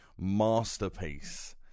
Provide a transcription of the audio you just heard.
masterpiece